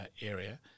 area